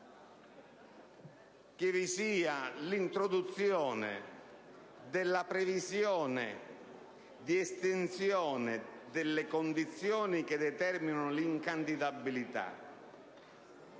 che sia introdotta la previsione dell'estensione delle condizioni che determinano l'incandidabilità